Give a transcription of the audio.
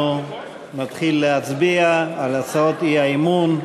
אנחנו נתחיל להצביע על הצעות האי-אמון.